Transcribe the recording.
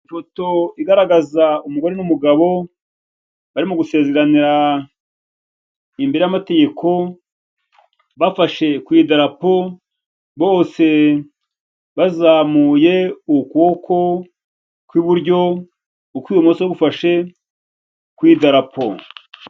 Ifoto igaragaza umugore n'umugabo, barimo gusezeranira imbere y'amategeko, bafashe ku idarapo, bose bazamuye ukuboko kw'iburyo, ukw'ibumoso gufashe ku idarapo.